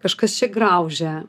kažkas čia graužia